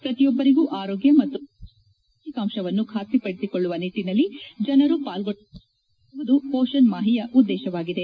ಪ್ರತಿಯೊಬ್ಬರಿಗೂ ಆರೋಗ್ಯ ಮತ್ತು ಪೌಷ್ಣಿಕಾಂಶವನ್ನು ಖಾತ್ರಿಪಡಿಸಿಕೊಳ್ಳುವ ನಿಟ್ಟಿನಲ್ಲಿ ಜನರು ಪಾಲ್ಲೊಳ್ಳುವುದನ್ನು ಪ್ರೋತ್ಪಾಹಿಸುವುದು ಪೋಷಣ್ ಮಾಹೆಯ ಉದ್ದೇಶವಾಗಿದೆ